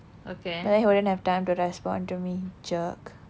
but then he wouldn't have time to respond to me jerk